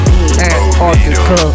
Antarctica